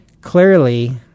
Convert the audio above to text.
clearly